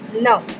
no